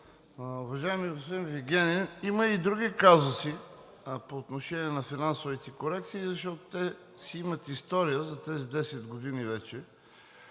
Уважаеми господин Вигенин, има и други казуси по отношение на финансовите корекции, защото те за тези 10 години вече